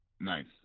Nice